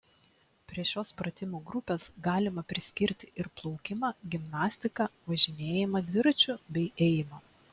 prie šios pratimų grupės galima priskirti ir plaukimą gimnastiką važinėjimą dviračiu bei ėjimą